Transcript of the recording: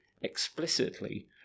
explicitly